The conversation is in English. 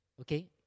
Okay